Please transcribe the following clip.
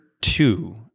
two